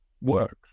works